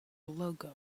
logo